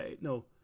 no